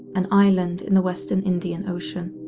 an island in the western indian ocean.